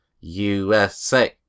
USA